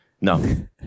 No